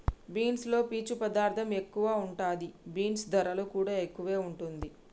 beans లో పీచు పదార్ధం ఎక్కువ ఉంటది, బీన్స్ ధరలు కూడా ఎక్కువే వుంటుంది